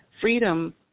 freedom